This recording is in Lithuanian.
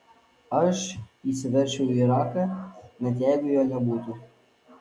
aš įsiveržčiau į iraką net jeigu jo nebūtų